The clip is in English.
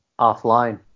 offline